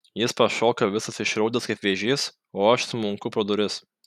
jis pašoka visas išraudęs kaip vėžys o aš smunku pro duris